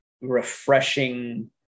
refreshing